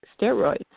steroids